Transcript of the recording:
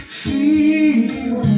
feel